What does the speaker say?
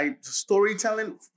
storytelling